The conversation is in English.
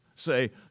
say